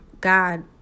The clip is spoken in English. God